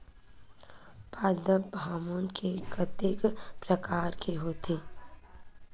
पादप हामोन के कतेक प्रकार के होथे?